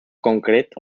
concret